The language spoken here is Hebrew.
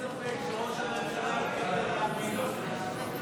אין ספק שראש הממשלה יתקבל להבימה.